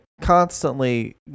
constantly